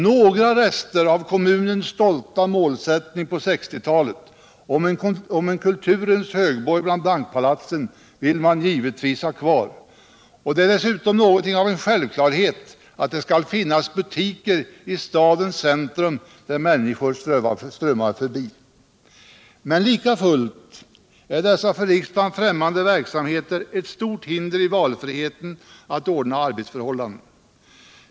Några rester av kommunens stolta målsättning på 1960-talet om en kulturens högborg bland bankpalatsen vill man givetvis ha kvar. Dessutom är det någonting av en självklarhet att det skall finnas butiker i stadens centrum där människor strömmar förbi. Men lika fullt är dessa för riksdagen främmande verksamheter ett stort hinder i valfriheten att ordna arbetsförhållandena.